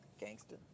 gangster